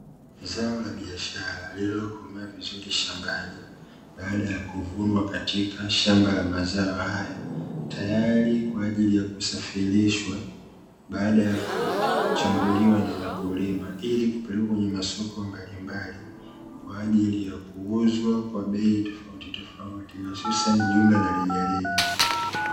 Zao la biashara lililokomaa vizuri shambani, baada ya kuvunwa katika shamba la mazao haya, tayari kwa ajili ya kusafirishwa baada ya kuchambuliwa na wakulima ili kupelekwa kwenye masoko mbalimbali kwa ajili ya kuuzwa kwa bei tofautitofauti hususani jumla na rejareja.